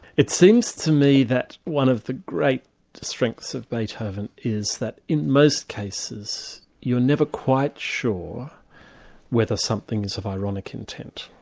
it seems to me that one of the great strengths of beethoven is that in most cases you're never quite sure whether something is of ironic intent,